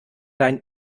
deinen